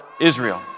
Israel